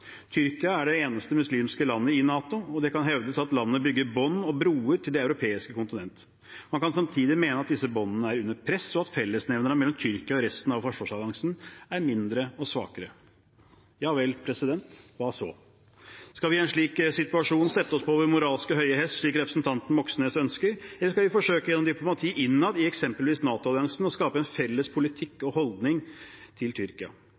Tyrkia er det eneste muslimske landet i NATO, og det kan hevdes at landet danner bånd og bygger broer til det europeiske kontinentet. Man kan samtidig mene at disse båndene er under press, og at fellesnevneren mellom Tyrkia og resten av forsvarsalliansen er mindre og svakere. Javel, hva så? Skal vi i en slik situasjon sette oss på vår moralske høye hest, slik representanten Moxnes ønsker, eller skal vi forsøke gjennom diplomati innad i eksempelvis NATO-alliansen å skape en felles politikk og holdning til Tyrkia?